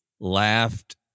laughed